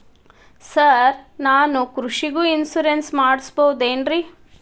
Sir ನಾನು ಕೃಷಿಗೂ insurance ಮಾಡಸಬಹುದೇನ್ರಿ?